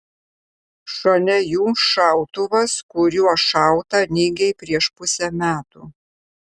šalia jų šautuvas kuriuo šauta lygiai prieš pusę metų